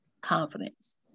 confidence